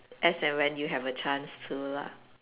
as and when you have a chance to lah